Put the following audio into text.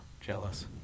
jealous